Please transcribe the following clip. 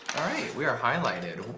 all right. we are highlighted. oh,